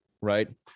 right